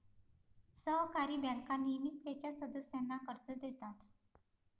सहकारी बँका नेहमीच त्यांच्या सदस्यांना कर्ज देतात